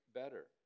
better